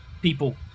people